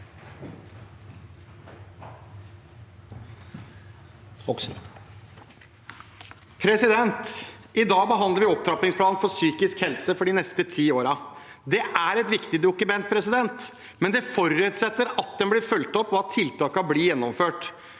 I dag behandler vi opptrappingsplanen for psykisk helse for de neste ti årene. Det er et viktig dokument, men det forutsetter at det blir fulgt opp, og at tiltakene blir gjennomført.